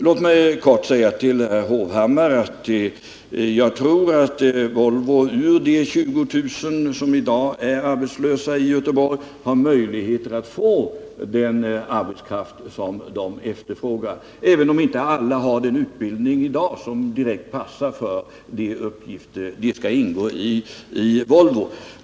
Låt mig helt kort få säga till herr Hovhammar att jag tror att Volvo bland de 20 000 personer som i dag är arbetslösa i Göteborg har möjlighet att få den arbetskraft som företaget efterfrågar, även om alla i dag inte har den utbildning som direkt passar för arbetsuppgifterna på Volvo.